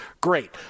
great